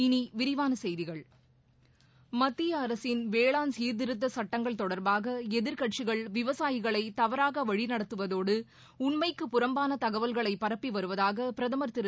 இனி விரிவான செய்திகள் மத்திய அரசின் வேளாண் சீர்திருத்த சுட்டங்கள் தொடர்பாக எதிர்க்கட்சிகள் விவசாயிகளை தவறாக வழிநடத்துவதோடு உண்மைக்கு புறம்பான தகவல்களை பரப்பி வருவதாக பிரதமர் திரு